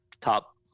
top